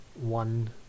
one